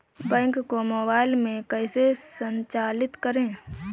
Bank को mobile में कैसे संचालित करें?